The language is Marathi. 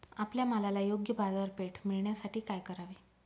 आपल्या मालाला योग्य बाजारपेठ मिळण्यासाठी काय करावे?